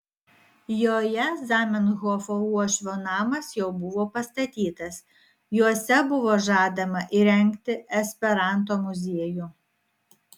joje zamenhofo uošvio namas jau buvo pastatytas juose buvo žadama įrengti esperanto muziejų